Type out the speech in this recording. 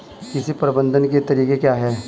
कीट प्रबंधन के तरीके क्या हैं?